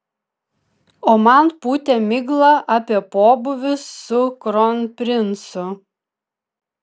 o man pūtė miglą apie pobūvius su kronprincu